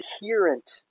adherent